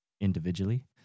individually